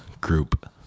group